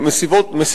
האלה.